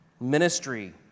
Ministry